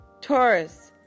Taurus